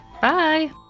bye